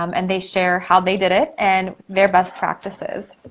um and they share how they did it and their best practices.